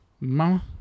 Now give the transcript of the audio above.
Mama